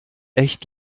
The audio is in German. echt